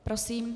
Prosím.